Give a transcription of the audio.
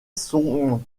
son